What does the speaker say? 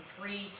three